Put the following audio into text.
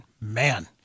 man